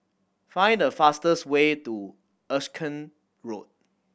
find the fastest way to Erskine Road